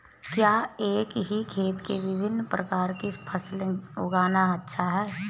क्या एक ही खेत में विभिन्न प्रकार की फसलें उगाना अच्छा है?